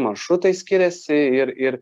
maršrutai skiriasi ir ir